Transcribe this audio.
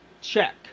check